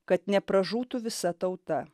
kad nepražūtų visa tauta